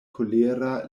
kolera